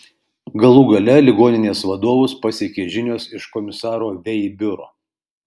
galų gale ligoninės vadovus pasiekė žinios iš komisaro vei biuro